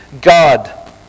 God